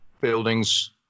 buildings